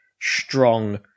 strong